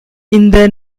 இந்த